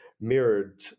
mirrored